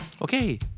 Okay